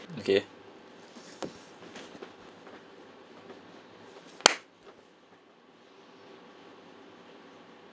okay